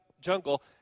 jungle